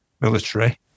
military